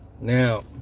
Now